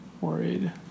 worried